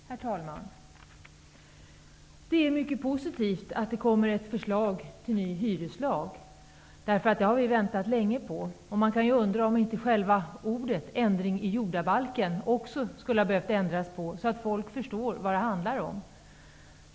Herr talman! Det är mycket positivt att det kommer ett förslag till ny hyreslag. Ett sådant har vi länge väntat på. Man kan undra om inte själva orden ändringar i jordabalken också borde ha ändrats. Folk måste ju förstå vad det handlar om.